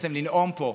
בעצם לנאום פה,